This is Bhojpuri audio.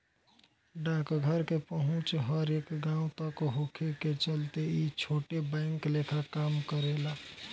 डाकघर के पहुंच हर एक गांव तक होखे के चलते ई छोट बैंक लेखा काम करेला